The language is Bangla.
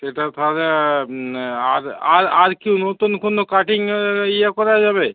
সেটা তাহলে আর আর কি নতুন কোনো কাটিং ইয়ে করা যাবে